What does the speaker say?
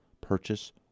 purchase